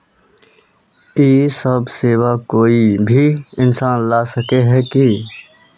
इ सब सेवा कोई भी इंसान ला सके है की?